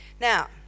Now